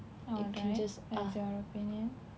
alright that's your opinion